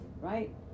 right